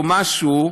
או משהו.